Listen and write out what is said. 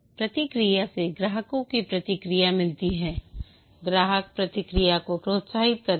प्रतिक्रिया से ग्राहकों की प्रतिक्रिया मिलती है ग्राहक प्रतिक्रिया को प्रोत्साहित करते हैं